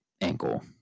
ankle